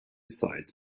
sides